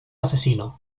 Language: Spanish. asesino